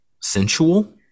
sensual